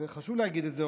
וחשוב להגיד את זה,